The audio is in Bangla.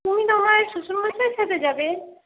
তুমি না হয় শ্বশুরমশাই এর সাথে যাবে